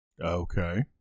Okay